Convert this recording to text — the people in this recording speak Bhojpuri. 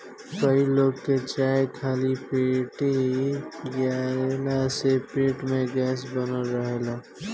कई लोग के चाय खाली पेटे पियला से पेट में गैस बने लागेला